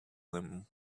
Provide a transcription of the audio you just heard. him